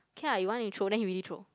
can ah you want you throw then he really throw